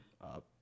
up